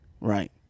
right